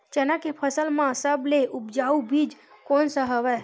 चना के फसल म सबले उपजाऊ बीज कोन स हवय?